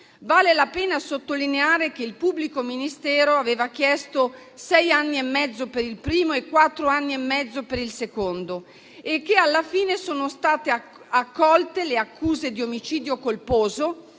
Vale la pena sottolineare che il pubblico ministero aveva chiesto sei anni e mezzo per il primo e quattro anni e mezzo per il secondo e che alla fine sono state accolte le accuse di omicidio colposo